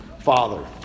father